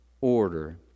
order